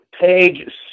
page